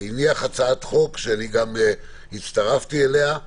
הוא הניח הצעת החוק, שאני גם הצטרפתי אליה,